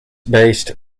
based